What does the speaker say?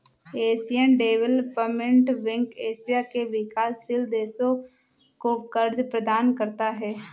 Asian development bank Asia के विकासशील देशों को कर्ज प्रदान करता है